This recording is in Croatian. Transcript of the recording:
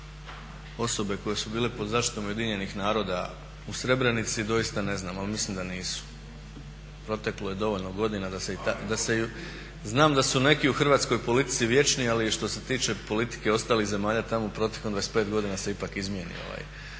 osobe koje su bile pod zaštitom UN-a u Srebrenici doista ne znam, ali mislim da nisu. Proteklo je dovoljno godina da se… … /Upadica se ne razumije./ … Znam da su neki u hrvatskoj politici vječni, ali što se tiče politike ostalih zemalja tamo protekom 25 godina se ipak izmijeni